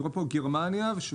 אני רואה פה גרמניה ושווייץ.